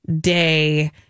day